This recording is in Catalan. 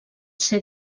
ser